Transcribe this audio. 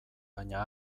baina